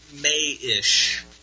May-ish